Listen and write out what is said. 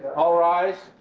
all rise